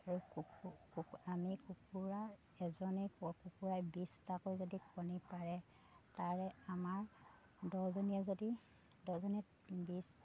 আৰু কুকু আমি কুকুৰা এজনে কুকুৰাই বিছটাকৈ যদি কণী পাৰে তাৰে আমাৰ দহজনীয়ে যদি দহজনীয়ে বিছ